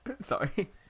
Sorry